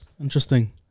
Interesting